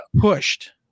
pushed